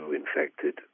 infected